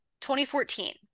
2014